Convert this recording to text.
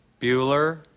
Bueller